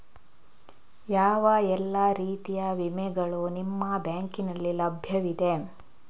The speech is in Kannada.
ಯಾವ ಎಲ್ಲ ರೀತಿಯ ವಿಮೆಗಳು ನಿಮ್ಮ ಬ್ಯಾಂಕಿನಲ್ಲಿ ಲಭ್ಯವಿದೆ?